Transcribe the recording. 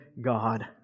God